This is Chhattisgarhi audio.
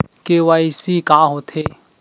के.वाई.सी का होथे?